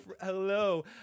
hello